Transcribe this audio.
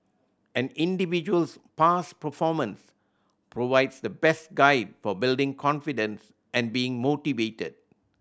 an individual's past performance provides the best guide for building confidence and being motivated